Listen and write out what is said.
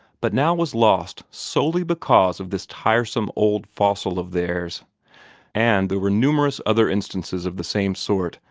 but now was lost solely because of this tiresome old fossil of theirs and there were numerous other instances of the same sort,